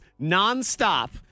nonstop